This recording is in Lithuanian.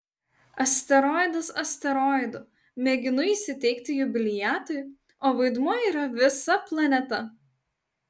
asteroidas asteroidu mėginu įsiteikti jubiliatui o vaidmuo yra visa planeta